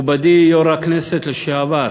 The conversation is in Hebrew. מכובדי יו"ר הכנסת לשעבר,